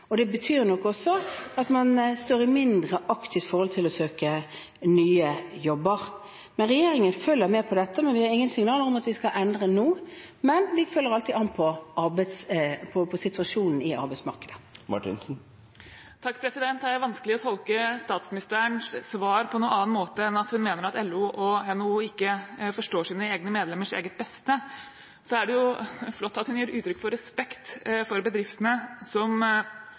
og det betyr nok også at man står i et mindre aktivt forhold til det å søke nye jobber. Regjeringen følger med på dette, men vi har ingen signaler om at vi skal endre nå, men vi følger alltid med på situasjonen i arbeidsmarkedet. Det er vanskelig å tolke statsministerens svar på noen annen måte enn at hun mener at LO og NHO ikke forstår sine egne medlemmers eget beste. Det er flott at hun gir uttrykk for respekt for bedriftene som